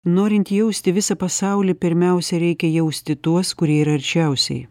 norint jausti visą pasaulį pirmiausia reikia jausti tuos kurie yra arčiausiai